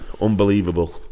unbelievable